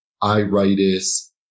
iritis